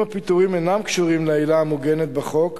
אם הפיטורים אינם קשורים לעילה המוגנת בחוק,